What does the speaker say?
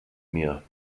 mir